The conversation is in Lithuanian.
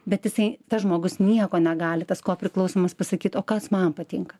bet jisai tas žmogus nieko negali tas kopriklausomas pasakyt o kas man patinka